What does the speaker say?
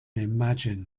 imagine